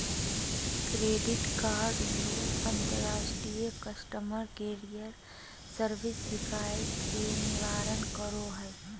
credit कार्डव्यू अंतर्राष्ट्रीय customer care service शिकायत के निवारण करो हइ